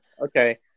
Okay